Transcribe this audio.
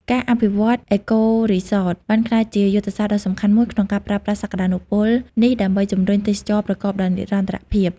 ការអភិវឌ្ឍន៍ អេកូរីសត បានក្លាយជាយុទ្ធសាស្ត្រដ៏សំខាន់មួយក្នុងការប្រើប្រាស់សក្ដានុពលនេះដើម្បីជំរុញទេសចរណ៍ប្រកបដោយនិរន្តរភាព។